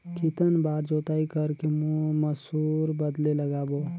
कितन बार जोताई कर के मसूर बदले लगाबो?